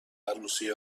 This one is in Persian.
عروسی